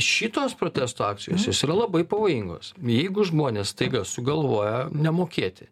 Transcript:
šitos protesto akcijos jos yra labai pavojingos jeigu žmonės staiga sugalvoja nemokėti